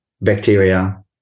bacteria